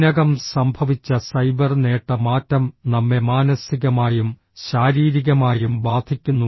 ഇതിനകം സംഭവിച്ച സൈബർ നേട്ട മാറ്റം നമ്മെ മാനസികമായും ശാരീരികമായും ബാധിക്കുന്നു